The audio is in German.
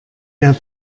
der